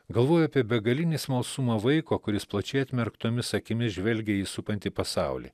galvoju apie begalinį smalsumą vaiko kuris plačiai atmerktomis akimis žvelgia į supantį pasaulį